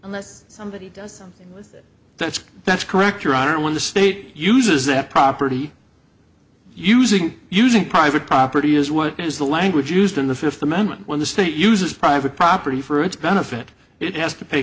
something that's that's correct your honor when the state uses that property using using private property is what is the language used in the fifth amendment when the state uses private property for its benefit it has to pay